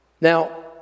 Now